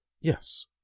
yes